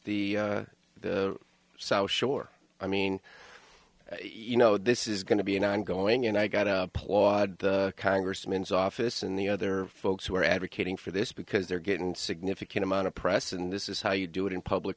was the south shore i mean you know this is going to be an ongoing and i got plaudits congressman's office and the other folks who are advocating for this because they're getting significant amount of press and this is how you do it in public